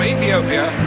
Ethiopia